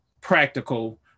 practical